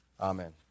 Amen